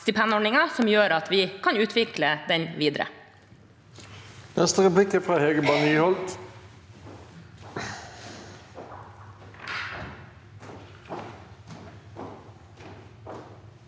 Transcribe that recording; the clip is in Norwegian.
stipendordningen, som gjør at vi kan utvikle den videre.